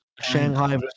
Shanghai